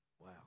Wow